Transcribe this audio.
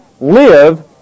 live